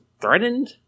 threatened